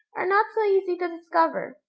are not so easy to discover.